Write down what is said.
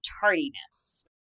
tardiness